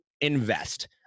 invest